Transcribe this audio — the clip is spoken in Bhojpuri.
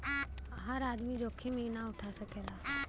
हर आदमी जोखिम ई ना उठा सकेला